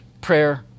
prayer